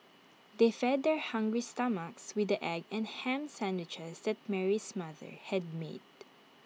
they fed their hungry stomachs with the egg and Ham Sandwiches that Mary's mother had made